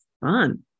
fun